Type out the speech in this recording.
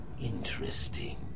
interesting